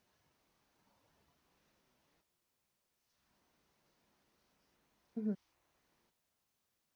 mmhmm